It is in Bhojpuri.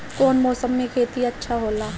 कौन मौसम मे खेती अच्छा होला?